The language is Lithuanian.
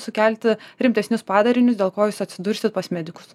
sukelti rimtesnius padarinius dėl ko jūs atsidursit pas medikus